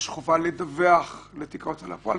יש חובה לדווח לתיק ההוצאה לפועל,